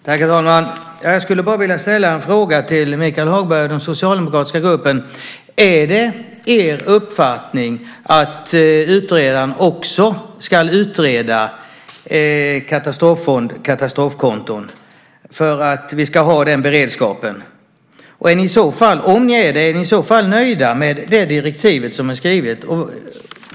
Herr talman! Jag skulle bara vilja ställa en fråga till Michael Hagberg och den socialdemokratiska gruppen: Är det er uppfattning att utredaren också ska utreda katastroffond eller katastrofkonton för att vi ska ha den beredskapen? Om ni är det: Är ni i så fall nöjda med det direktiv som är skrivet?